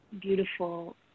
beautiful